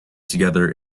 together